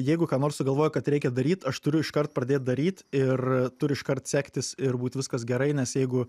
jeigu ką nors sugalvoju kad reikia daryt aš turiu iškart pradėt daryt ir turi iškart sektis ir būt viskas gerai nes jeigu